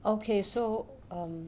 okay so um